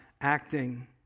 acting